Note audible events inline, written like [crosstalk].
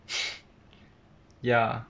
[breath] ya